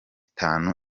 itanu